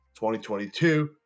2022